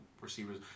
Receivers